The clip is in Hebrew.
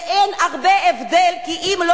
כדי איכשהו